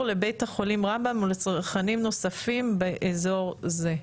לבית החולים רמב"ם ולצרכנים נוספים באזור זה.